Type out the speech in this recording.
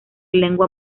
lengua